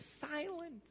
silent